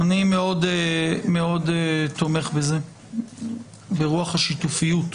אני מאוד תומך בזה, ברוח השיתופיות.